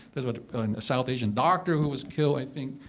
was was a south-asian doctor who was killed, i think,